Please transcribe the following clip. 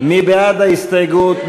מי בעד ההסתייגויות?